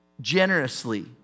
generously